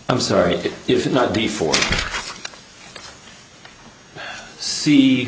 i'm sorry if not before see